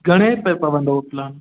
घणे रुपए पवंदो उहो प्लान